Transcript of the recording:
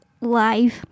live